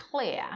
clear